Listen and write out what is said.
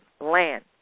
land